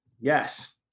yes